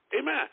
Amen